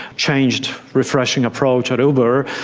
changed, refreshing approach at uber.